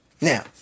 now